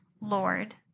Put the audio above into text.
Lord